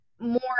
more